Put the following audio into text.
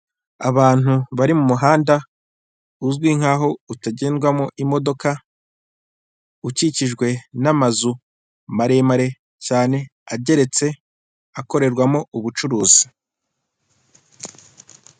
Abantu bari mu muhanda uzwi nkaho utagendwamo imodoka, ukikijwe n'amazu maremare cyane ageretse, akorerwamo ubucuruzi.